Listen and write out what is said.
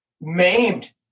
maimed